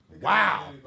Wow